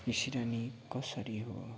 यो सिरानी कसरी हो